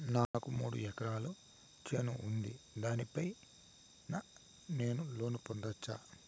నాకు మూడు ఎకరాలు చేను ఉంది, దాని పైన నేను లోను పొందొచ్చా?